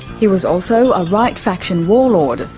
he was also a right faction warlord.